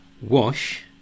wash